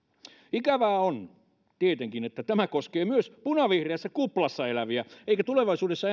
ikävää on tietenkin että tämä koskee myös punavihreässä kuplassa eläviä eikä tulevaisuudessa